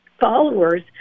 followers